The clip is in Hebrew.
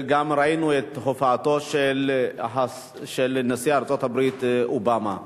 וגם ראינו את הופעתו של נשיא ארצות-הברית אובמה.